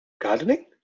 gardening